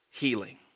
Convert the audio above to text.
healing